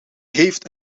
heeft